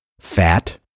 fat